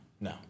No